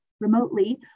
remotely